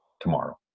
tomorrow